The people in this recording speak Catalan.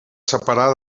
separar